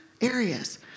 areas